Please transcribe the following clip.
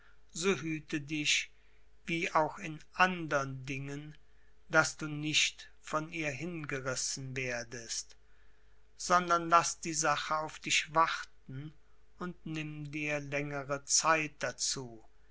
so hüte dich wie auch in andern dingen daß du nicht von ihr hingerissen werdest sondern laß die sache auf dich warten und nimm dir längere zeit dazu